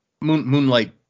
Moonlight